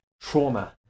trauma